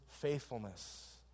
faithfulness